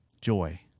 joy